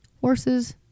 horses